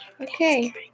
Okay